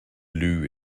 loo